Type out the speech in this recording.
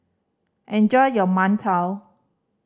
enjoy your mantou